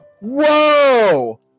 Whoa